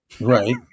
Right